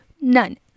None